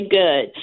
good